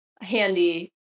handy